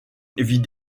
vit